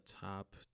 top